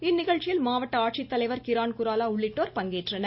இந்நிகழ்ச்சியில் மாவட்ட ஆட்சித்தலைவர் கிரான்குராலா உள்ளிட்டோர் பங்கேற்றனர்